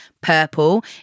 Purple